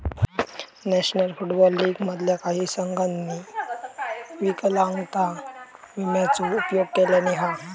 national football league मधल्या काही संघांनी विकलांगता विम्याचो उपयोग केल्यानी हा